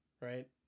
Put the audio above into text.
right